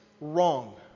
wrong